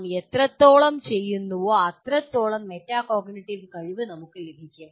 നാം എത്രത്തോളം ചെയ്യുന്നുവോ അത്രത്തോളം മെറ്റാകോഗ്നിറ്റീവ് കഴിവ് നമുക്ക് ലഭിക്കും